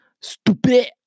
Stupid